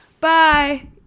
bye